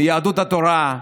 מיהדות התורה,